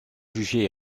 jugé